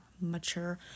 mature